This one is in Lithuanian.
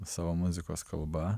savo muzikos kalba